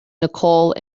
nicole